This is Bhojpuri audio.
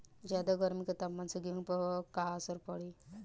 ज्यादा गर्मी के तापमान से गेहूँ पर का असर पड़ी?